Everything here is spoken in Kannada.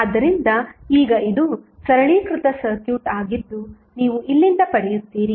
ಆದ್ದರಿಂದ ಈಗ ಇದು ಸರಳೀಕೃತ ಸರ್ಕ್ಯೂಟ್ ಆಗಿದ್ದು ನೀವು ಇಲ್ಲಿಂದ ಪಡೆಯುತ್ತೀರಿ